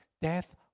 death